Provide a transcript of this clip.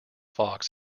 fox